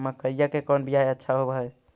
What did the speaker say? मकईया के कौन बियाह अच्छा होव है?